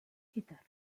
hitter